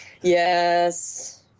Yes